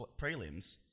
prelims